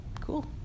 Cool